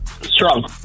strong